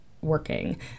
working